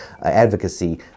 advocacy